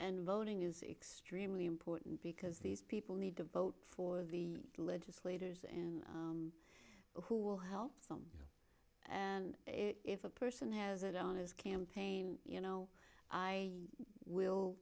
and voting is extremely important because these people need to vote for the legislators and who will help them and if a person has it on his campaign you know i will